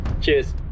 cheers